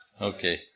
Okay